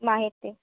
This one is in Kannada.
ಮಾಹಿತಿ